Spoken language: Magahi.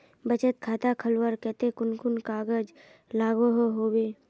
बचत खाता खोलवार केते कुन कुन कागज लागोहो होबे?